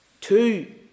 Two